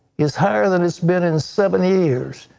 it's higher than it's been in seventy years.